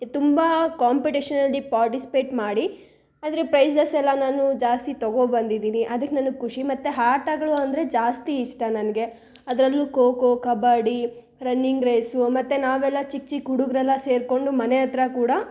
ತುಂಬ ಕಾಂಪಿಟೇಷನಲ್ಲಿ ಪಾರ್ಟಿಸ್ಪೇಟ್ ಮಾಡಿ ಆದರೆ ಪ್ರೈಸಸ್ ಎಲ್ಲ ನಾನು ಜಾಸ್ತಿ ತಗೋ ಬಂದಿದ್ದೀನಿ ಅದಕ್ಕೆ ನನಗೆ ಖುಷಿ ಮತ್ತು ಆಟಗಳು ಅಂದರೆ ಜಾಸ್ತಿ ಇಷ್ಟ ನನಗೆ ಅದರಲ್ಲೂ ಕೋಕೋ ಕಬಡ್ಡಿ ರನ್ನಿಂಗ್ ರೇಸು ಮತ್ತು ನಾವೆಲ್ಲ ಚಿಕ್ಕ ಚಿಕ್ಕ ಹುಡುಗ್ರೆಲ್ಲ ಸೇರಿಕೊಂಡು ಮನೆ ಹತ್ರ ಕೂಡ